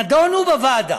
נדונו בוועדה.